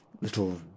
little